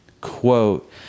quote